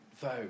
vote